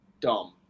Dumb